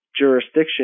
jurisdiction